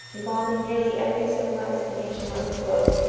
involving nearly every civilized nation on the globe,